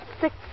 Six